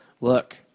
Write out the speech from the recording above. Look